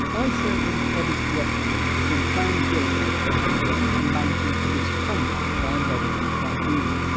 eye surgeon, bobby qureshi, has been found guilty of behaviour amounting to misconduct by a medical tribunal.